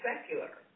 secular